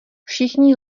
všichni